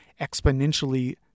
exponentially